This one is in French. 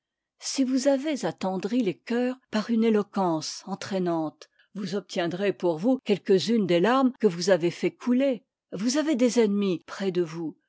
si vous avez attendri les coeurs par une éloquence entraînante vous ob tiendrez pour vous quelques-unes des larmes que vous avez fait couler vous avez des ennemis près de vous